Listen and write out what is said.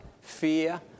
fear